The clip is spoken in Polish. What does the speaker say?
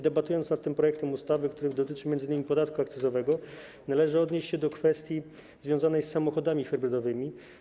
Debatując nad tym projektem ustawy, który dotyczy m.in. podatku akcyzowego, należy odnieść się do kwestii związanej z samochodami hybrydowymi.